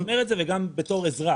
אני אומר את זה גם בתור אזרח.